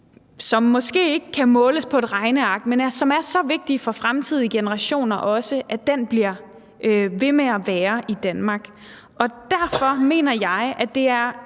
som måske ikke kan måles på et regneark, men som også er så vigtig for fremtidige generationer, bliver ved med at være i Danmark. Derfor mener jeg, at det er